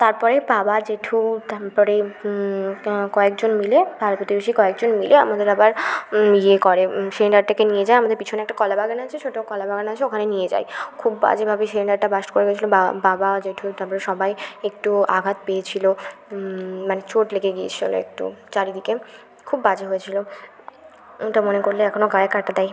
তারপরে বাবা জ্যেঠু তারপরে কয়েকজন মিলে পাড়া প্রতিবেশী কয়েকজন মিলে আমাদের আবার ইয়ে করে সিলিন্ডারটাকে নিয়ে যায় আমাদের পিছনে একটা কলাবাগান আছে ছোটো কলাবাগান আছে ওখানে নিয়ে যায় খুব বাজেভাবে সিলিন্ডারটা বার্স্ট করে গিয়েছিলো বা বাবা জ্যেঠু তারপরে সবাই একটু আঘাত পেয়েছিলো মানে চোট লেগে গিয়েছিলো একটু চারিদিকে খুব বাজে হয়েছিলো ওটা মনে করলে এখনও গায়ে কাঁটা দেয়